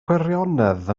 gwirionedd